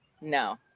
no